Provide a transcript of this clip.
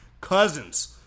Cousins